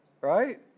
right